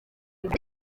uzi